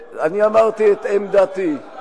זו עמדת הוועדה?